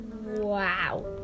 Wow